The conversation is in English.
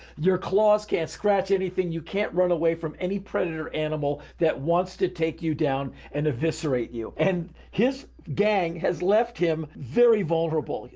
your claws can't scratch anything. you can't run away from any predator or animal that wants to take you down and eviscerate you. and his gang has left him very vulnerable.